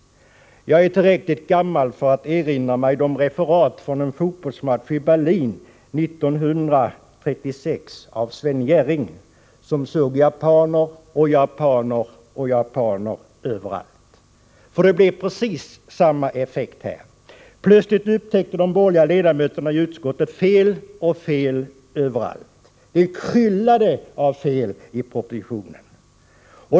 Jag är tillräckligt gammal för att erinra mig referat från en fotbollsmatch i Berlin 1936 av Sven Jerring. Han såg japaner, japaner, japaner överallt. Det blev precis samma effekt här. Plötsligt upptäckte nämligen de borgerliga ledamöterna i utskottet fel överallt. Det kryllade av fel i propositionen.